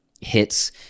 hits